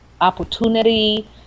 Opportunity